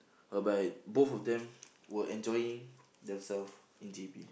whereby both of them were enjoying themselves in J_B